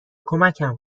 کمکم